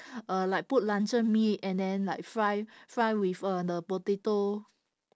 uh like put luncheon meat and then like fry fry with uh the potato